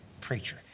preacher